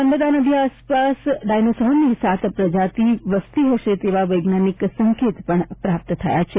નર્મદા નદી આસપાસ ડાયનાસોરની સાત પ્રજાતિ વસતી હશે તેવા વૈજ્ઞાનિક સંકેત પણ પ્રાપ્ત થાય છે